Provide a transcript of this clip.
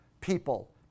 people